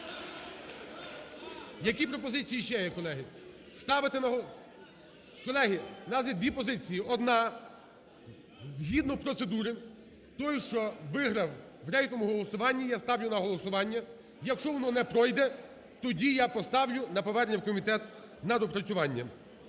Які пропозиції ще є, колеги? Ставити… колеги, в нас є дві позиції. Одна: згідно процедури той, що виграв в рейтинговому голосуванні, я ставлю на голосування. Якщо воно не пройде, тоді я поставлю на повернення в комітет, на доопрацювання.